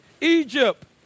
Egypt